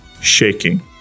shaking